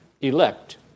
elect